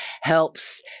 helps